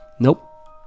Nope